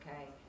okay